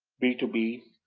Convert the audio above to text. b two b